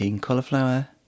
Cauliflower